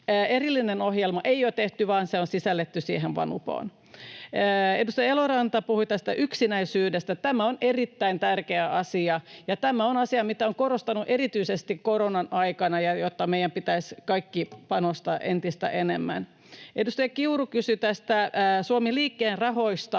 Erillistä ohjelmaa ei ole tehty vaan se on sisällytetty VANUPOon. Edustaja Eloranta puhui yksinäisyydestä. Tämä on erittäin tärkeä asia, ja tämä on asia, mikä on korostunut erityisesti koronan aikana ja mihin meidän pitäisi kaikkien panostaa entistä enemmän. Edustaja Kiuru kysyi Suomi liikkeelle ‑rahoista.